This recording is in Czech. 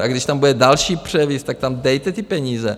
A když tam bude další převis, tak tam dejte ty peníze.